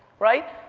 right?